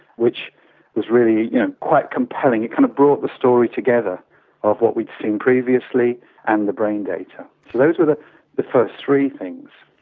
which is really you know quite compelling, it kind of brought the story together of what we've seen previously and the brain data. so those were the the first three things.